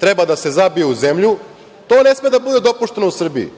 treba da se zabije u zemlju, to ne sme da bude dopušteno u Srbiji.